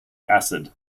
acid